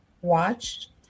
Watched